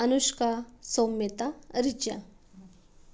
Anushka Saumyata Richa